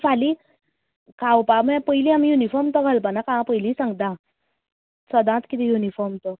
फली खावपा म्हल्या पयली आमी युनिफॉर्म तो घालपा नाका हां पयली सागतां सदाच किदें यूनिफॉर्म तो